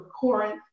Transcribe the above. Corinth